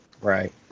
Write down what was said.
Right